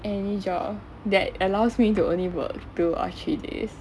any job that allows me to only work two or three days